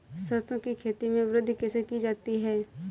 सरसो की खेती में वृद्धि कैसे की जाती है?